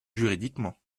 juridiquement